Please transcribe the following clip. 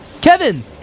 Kevin